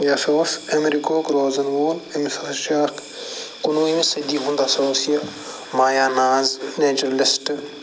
یہِ ہَسا اوس ایمیرِکاہُک روزَن وول أمِس ہَسا چھِ اکھ کُنوُہمہِ صدی ہُنٛد ہَسا اوس یہِ مایا ناز نیچرَلِسٹ